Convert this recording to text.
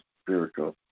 spiritual